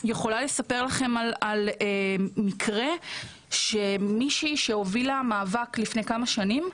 אני יכולה לספר לכם על מקרה של מישהי שהובילה מאבק לפני כמה שנים.